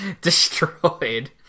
destroyed